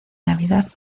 navidad